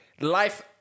life